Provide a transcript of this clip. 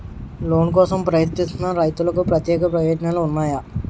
Loan కోసం ప్రయత్నిస్తున్న రైతులకు ప్రత్యేక ప్రయోజనాలు ఉన్నాయా?